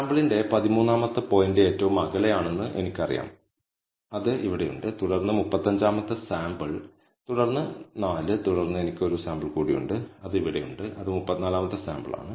സാമ്പിളിന്റെ 13 ാമത്തെ പോയിന്റ് ഏറ്റവും അകലെയാണെന്ന് എനിക്കറിയാം അത് ഇവിടെയുണ്ട് തുടർന്ന് 35 ാമത്തെ സാമ്പിൾ തുടർന്ന് സാമ്പിൾ 4 തുടർന്ന് എനിക്ക് ഒരു സാമ്പിൾ കൂടിയുണ്ട് അത് ഇവിടെയുണ്ട് അത് 34 ാമത്തെ സാമ്പിളാണ്